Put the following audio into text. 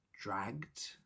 dragged